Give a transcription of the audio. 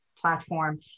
platform